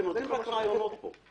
אתם נותנים עוד רעיונות פה.